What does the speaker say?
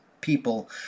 people